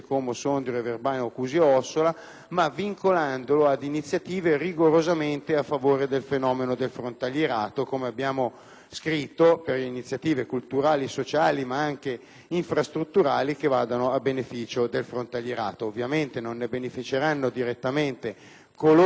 scritto, per iniziative non solo culturali e sociali ma anche infrastrutturali che vadano a beneficio del frontalierato. Ovviamente non ne beneficeranno direttamente coloro che hanno versato i contributi al fondo ma sicuramente tutti i frontalieri che, ripeto, sono 42.000.